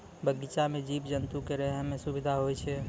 बगीचा सें जीव जंतु क रहै म सुबिधा होय छै